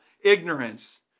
ignorance